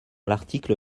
l’article